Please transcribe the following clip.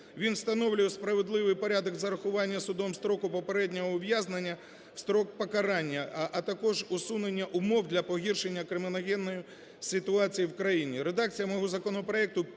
Він встановлює справедливий порядок зарахування судом строку попереднього ув'язнення строк покарання, а також усунення умов для погіршення криміногенної ситуації в країні.